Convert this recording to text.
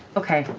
okay.